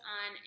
on